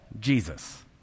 Jesus